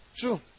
True